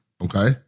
okay